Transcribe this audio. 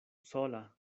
sola